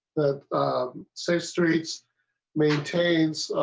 um so streets maintains.